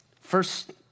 first